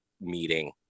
meeting